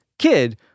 kid